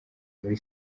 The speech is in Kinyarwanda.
muri